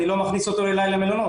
אני לא מכניס אותו אלי למלונות.